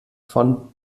von